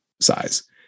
size